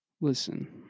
Listen